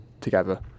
together